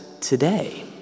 today